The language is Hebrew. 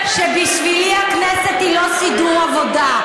שבשבילי הכנסת היא לא סידור עבודה.